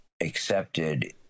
accepted